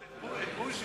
נשמע את פואד, את בוז'י.